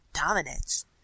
dominance